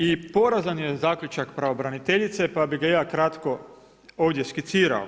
I porazan je zaključak pravobraniteljice pa bih ga ja kratko ovdje skicirao.